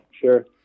sure